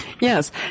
Yes